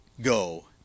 Go